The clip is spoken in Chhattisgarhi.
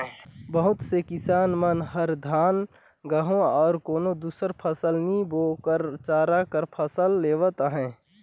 बहुत से किसान मन हर धान, गहूँ अउ कोनो दुसर फसल नी बो कर चारा कर फसल लेवत अहे